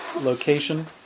location